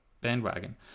bandwagon